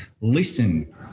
listen